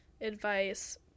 advice